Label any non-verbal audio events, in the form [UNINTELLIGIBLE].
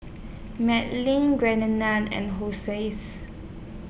Melvyn [UNINTELLIGIBLE] and Hosea's